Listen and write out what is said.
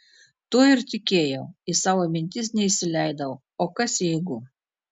tuo ir tikėjau į savo mintis neįsileidau o kas jeigu